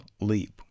leap